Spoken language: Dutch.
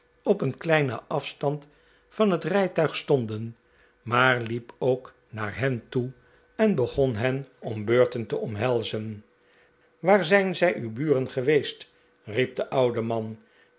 op een kleinen af stand van het rijtuig stonden maar liep ook naar hen toe en begon hen om beurten te omhelzen w a a r zijn zij uw buren geweest riep de oude man